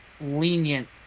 lenient